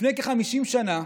לפני כ-50 שנה